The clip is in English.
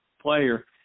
player